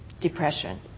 depression